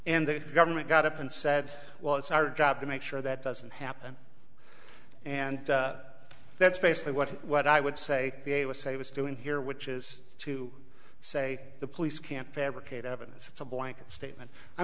and the government got up and said well it's our job to make sure that doesn't happen and that's basically what what i would say they would say i was doing here which is to say the police can't fabricate evidence it's a blanket statement i'm